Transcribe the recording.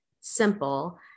simple